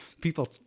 people